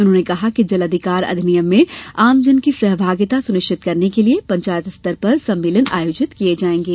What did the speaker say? उन्होंने कहा कि जल अधिकार अधिनियम में आमजन की सहभागिता सुनिश्चित करने के लिए पंचायत स्तर पर सम्मेलन आयोजित किए जाएंगे